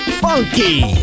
funky